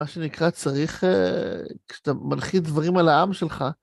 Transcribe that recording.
מה שנקרא צריך כשאתה מנחית דברים על העם שלך.